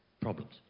problems